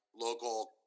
local